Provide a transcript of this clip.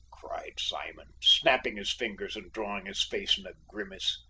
cried simon, snapping his fingers and drawing his face in a grimace.